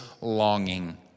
longing